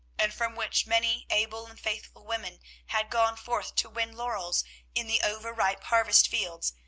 and from which many able and faithful women had gone forth to win laurels in the over-ripe harvest fields,